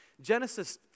Genesis